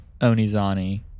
Onizani